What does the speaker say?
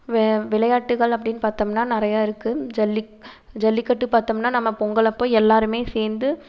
வே விளையாட்டுகள் அப்படின்னு பார்த்தோம்னா நிறையாருக்கு ஜல்லி ஜல்லிக்கட்டு பார்த்தோம்னா நம்ம பொங்கலப்போ எல்லாேருமே சேர்ந்து